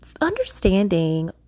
understanding